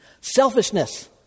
Selfishness